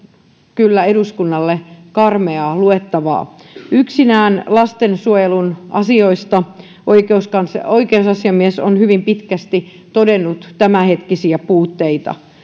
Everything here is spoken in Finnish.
kyllä eduskunnalle karmeaa luettavaa yksinään lastensuojelun asioista oikeusasiamies on hyvin pitkästi todennut tämänhetkisiä puutteita